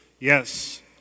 Yes